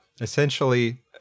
essentially